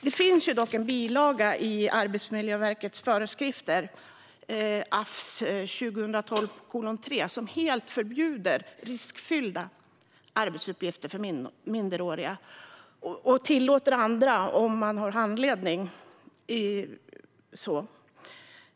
Det finns dock en bilaga i Arbetsmiljöverkets föreskrifter, AFS 2012:3, som helt förbjuder riskfyllda arbetsuppgifter för minderåriga men tillåter andra om man har handledning.